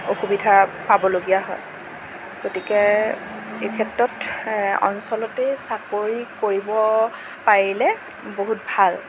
অসুবিধা পাবলগীয়া হয় গতিকে এই ক্ষেত্ৰত অঞ্চলতেই চাকৰি কৰিব পাৰিলে বহুত ভাল